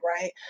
right